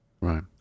Right